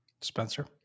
Spencer